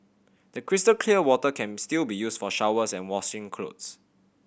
the crystal clear water can still be used for showers and washing clothes